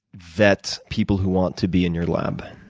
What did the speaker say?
vet people who want to be in your lab?